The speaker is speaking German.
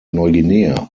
neuguinea